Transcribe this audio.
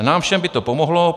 Nám všem by to pomohlo.